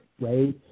right